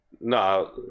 no